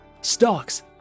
stocks